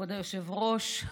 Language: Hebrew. כבוד היושב-ראש,